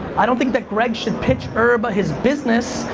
i don't think that greg should pitch herb his business.